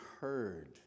heard